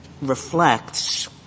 reflects